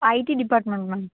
IT department ma'am